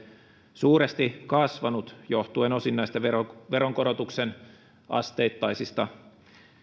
suuresti kasvanut johtuen osin näistä veronkorotuksen asteittaisista